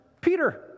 Peter